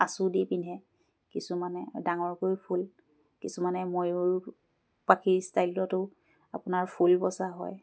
আঁচু দি পিন্ধে কিছুমানে ডাঙৰকৈ ফুল কিছুমানে ময়ূৰ পাখি ষ্টাইলতো আপোনাৰ ফুল বচা হয়